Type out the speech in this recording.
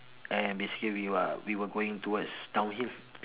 and basically we are we were going towards downhill